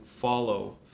follow